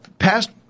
Past